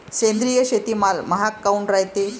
सेंद्रिय शेतीमाल महाग काऊन रायते?